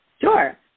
Sure